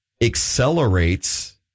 accelerates